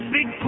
Big